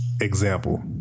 example